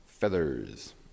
Feathers